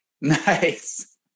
Nice